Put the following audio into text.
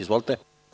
Izvolite.